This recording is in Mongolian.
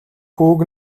хүүг